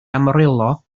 amarillo